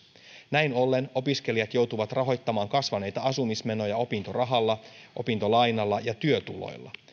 näin ollen opiskelijat joutuvat rahoittamaan kasvaneita asumismenoja opintorahalla opintolainalla ja työtuloilla